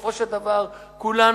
ובסופו של דבר כולנו,